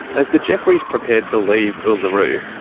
as the jeffreys prepared to leave uluru,